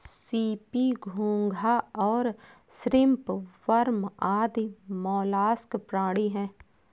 CP, घोंगा और shrimp worm आदि मौलास्क प्राणी हैं